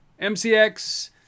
MCX